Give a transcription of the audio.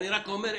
אני רק אומר,